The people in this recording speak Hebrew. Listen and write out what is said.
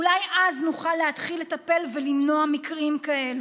אולי אז נוכל להתחיל לטפל ולמנוע מקרים כאלה.